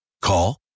call